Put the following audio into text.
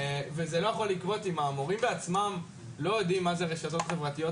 וזה לא יכול לקרות אם המורים בעצמם לא יודעים מה זה רשתות חברתיות,